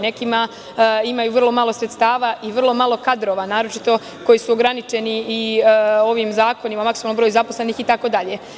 Neke imaju vrlo malo sredstava i vrlo malo kadrova, naročito koji su ograničeni ovim zakonima o maksimalnom broju zaposlenih itd.